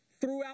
throughout